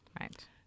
Right